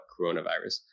coronavirus